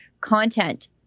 content